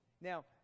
Now